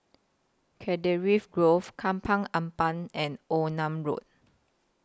Grove Ampat and Onan Road